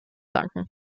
danken